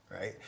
right